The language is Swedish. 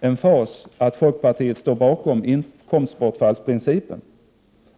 emfas att folkpartiet står bakom inkomstbortfallsprincipen.